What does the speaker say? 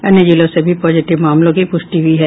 अन्य जिलों से भी पॉजिटिव मामलों की पुष्टि हुई है